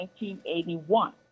1981